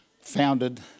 founded